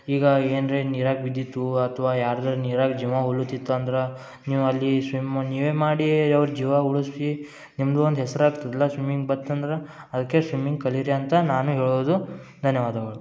ಈಗ ಏನ್ರಿ ನೀರಾಗಿ ಬಿದ್ದಿತ್ತು ಅಥ್ವ ಯಾರ್ದಾರ್ ನೀರಾಗಿ ಜೀವ ಉರುಳುತಿತ್ತು ಅಂದ್ರೆ ನೀವು ಅಲ್ಲಿ ಸ್ವಿಮ್ ನೀವೇ ಮಾಡಿ ಅವ್ರ ಜೀವ ಉಳಿಸಿ ನಿಮ್ಮದು ಒಂದು ಹೆಸ್ರು ಆಗ್ತದ್ಲ ಸ್ವಿಮ್ಮಿಂಗ್ ಬತ್ ಅಂದ್ರೆ ಅದಕ್ಕೆ ಸ್ವಿಮ್ಮಿಂಗ್ ಕಲಿರಿ ಅಂತ ನಾನು ಹೇಳೋದು ಧನ್ಯವಾದಗಳು